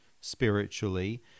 spiritually